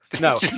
No